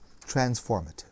transformative